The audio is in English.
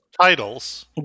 titles